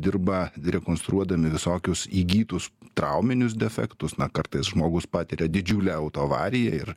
dirba rekonstruodami visokius įgytus trauminius defektus na kartais žmogus patiria didžiulę autoavariją ir